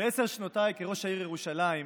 בעשר שנותיי כראש העיר ירושלים,